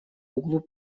углу